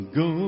go